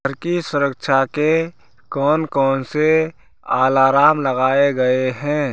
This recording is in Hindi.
घर की सुरक्षा के कौन कौन से आलाराम लगाए गए हैं